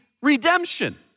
redemption